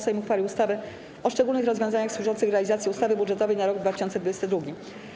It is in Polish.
Sejm uchwalił ustawę o szczególnych rozwiązaniach służących realizacji ustawy budżetowej na rok 2022.